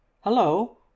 hello